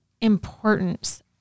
importance